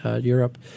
Europe